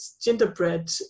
gingerbread